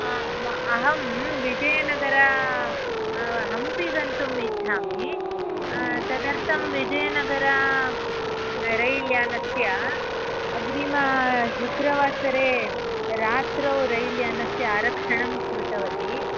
म अहं विजयनगर हम्पि गन्तुम् इच्छामि तदर्थं विजयनगर रैल्यानस्य अग्रिमशुक्रवासरे रात्रौ रैल्यानस्य आरक्षणं कृतवती